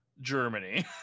Germany